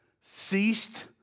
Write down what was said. ceased